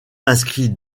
inscrit